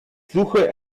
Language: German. suche